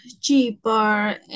cheaper